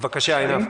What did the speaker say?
בבקשה עינב.